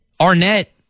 Arnett